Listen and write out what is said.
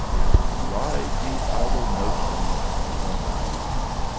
and drive these idle notions from thy mind.